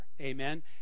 Amen